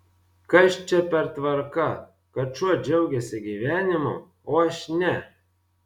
kas čia per tvarka kad šuo džiaugiasi gyvenimu o aš ne